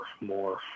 more